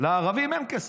לערבים אין כסף,